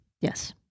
Yes